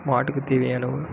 மாட்டுக்கு தேவையான